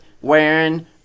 wearing